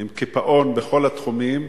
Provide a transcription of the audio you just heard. עם קיפאון בכל התחומים.